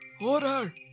Order